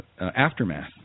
Aftermath